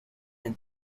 and